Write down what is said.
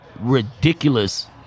ridiculous